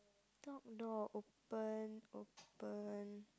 dog door open open